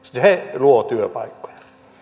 se luo työpaikkoja